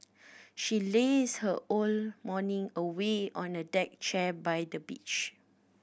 she lazed her all morning away on a deck chair by the beach